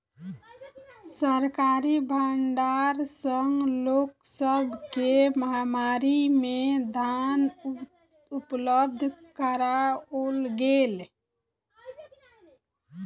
सरकारी भण्डार सॅ लोक सब के महामारी में धान उपलब्ध कराओल गेल